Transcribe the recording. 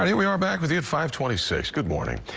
i mean we are back with yeah five twenty six good morning.